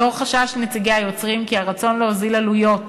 לנוכח חשש נציגי היוצרים כי הרצון להוריד עלויות